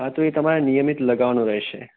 હા તો એ તમારે નિયમિત લગાવવાનું રહેશે